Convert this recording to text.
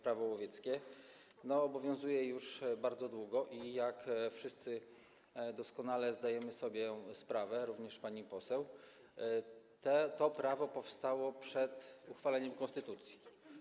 Prawo łowieckie, obowiązuje już bardzo długo i że, jak wszyscy doskonale zdajemy sobie z tego sprawę, również pani poseł, to prawo powstało przed uchwaleniem konstytucji.